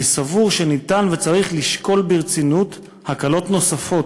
אני סבור שניתן וצריך לשקול ברצינות הקלות נוספות,